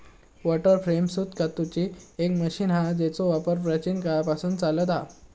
water frame सूत कातूची एक मशीन हा जेचो वापर प्राचीन काळापासना चालता हा